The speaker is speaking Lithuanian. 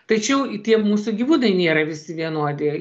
tačiau tie mūsų gyvūnai nėra visi vienodi